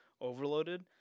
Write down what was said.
overloaded